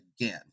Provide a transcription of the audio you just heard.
again